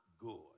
good